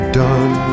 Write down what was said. done